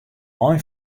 ein